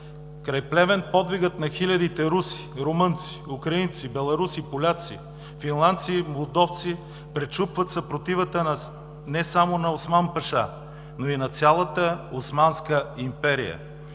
Край Плевен подвигът на хилядите руси, румънци, украинци, беларуси, поляци, финландци и молдовци пречупват съпротивата не само на Осман паша, но и на цялата Османска империя.